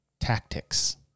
tactics